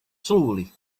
slowly